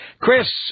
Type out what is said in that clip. Chris